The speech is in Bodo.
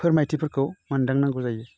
फोरमायथिफोरखौ मोनदांनांगौ जायो